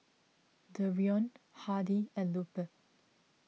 Dereon Hardy and Lupe